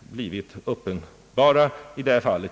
blivit uppenbara i detta sammanhang.